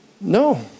No